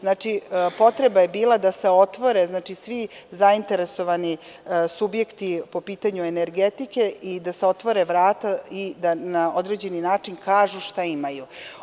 Znači, potreba je bila da se otvore svi zainteresovani subjekti po pitanju energetike i da se otvore vrata i da na određeni način kažu šta imaju.